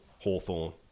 Hawthorne